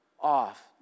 off